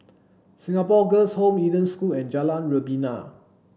Singapore Girls' Home Eden School and Jalan Rebana